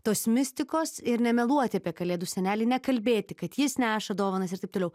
tos mistikos ir nemeluot apie kalėdų senelį nekalbėti kad jis neša dovanas ir taip toliau